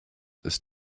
ist